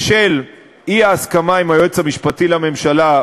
בשל האי-הסכמה עם היועץ המשפטי לממשלה,